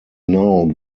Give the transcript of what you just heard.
now